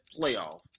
playoff